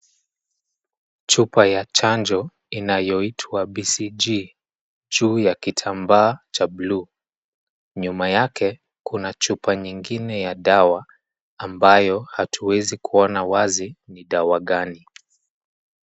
Chupa ya chanjo inayoitwa [BCG] juu ya kitambaa cha buluu. Nyuma yake, kuna chupa nyingine ya dawa ambayo hatuwezi kuona wazi ni dawa gani.